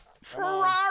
Ferrari